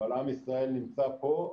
אבל עם ישראל נמצא פה,